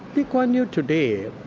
lee kuan yew today